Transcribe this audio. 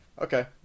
Okay